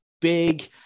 big